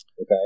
okay